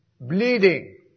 Bleeding